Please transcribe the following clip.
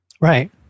right